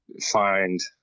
find